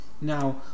Now